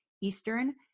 Eastern